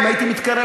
אם הייתי מתקרב,